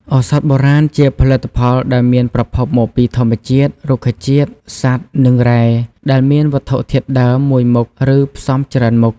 ឱសថបុរាណជាផលិតផលដែលមានប្រភពមកពីធម្មជាតិ រុក្ខជាតិ សត្វ និង រ៉ែ ដែលមានវត្ថុធាតុដើម មួយមុខ ឬ ផ្សំច្រើនមុខ។